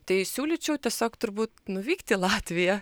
tai siūlyčiau tiesiog turbūt nuvykti į latviją